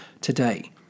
today